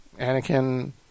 Anakin